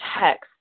text